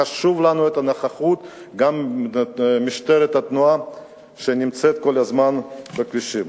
חשובה לנו הנוכחות של משטרת התנועה שנמצאת כל הזמן בכבישים.